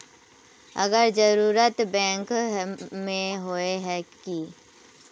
अगर जरूरत बैंक में होय है की?